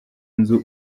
nzu